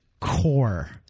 core